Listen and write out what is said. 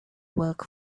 work